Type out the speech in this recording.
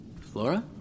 Flora